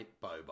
Bobo